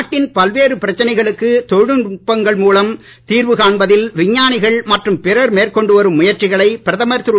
நாட்டின் பல்வேறு பிரச்சனைகளுக்கு தொழில்நுட்பங்கள் மூலம் தீர்வு காண்பதில் விஞ்ஞானிகள் மற்றும் பிறர் மேற்கொண்டு வரும் முயற்சிகளை பிரதமர் திரு